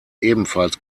ebenfalls